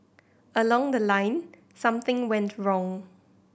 along the line something went wrong